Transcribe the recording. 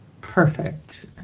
Perfect